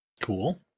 Cool